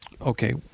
Okay